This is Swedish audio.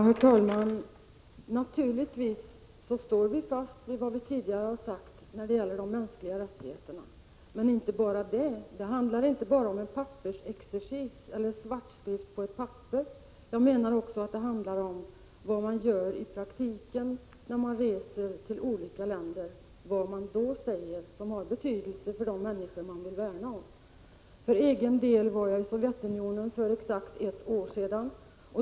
Herr talman! Naturligtvis står vi fast vid vad vi tidigare har sagt när det gäller de mänskliga rättigheterna. Men det gäller inte bara det — det handlar inte bara om pappersexercis eller svartskrift på ett papper, utan jag menar att det också handlar om vad man gör i praktiken, vad man säger när man reser till olika länder. Det har också betydelse för de människor som man vill värna om. För egen del var jag i Sovjetunionen för exakt ett år sedan.